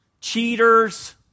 cheaters